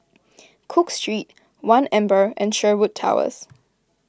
Cook Street one Amber and Sherwood Towers